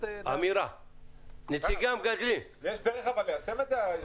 אבל יש דרך ליישם את זה?